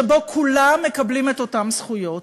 שבו כולם מקבלים את אותן זכויות.